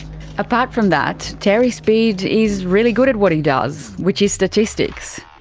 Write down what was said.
apart from that, terry speed is really good at what he does, which is statistics.